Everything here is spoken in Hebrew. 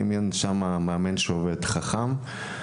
אם אין שם מאמן שעובד חכם,